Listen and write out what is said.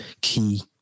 key